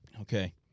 Okay